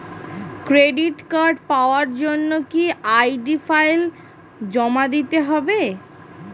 Credit card পাওয়ার জন্য কি আই.ডি ফাইল জমা দিতে হবে?